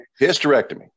Hysterectomy